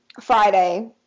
friday